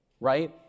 Right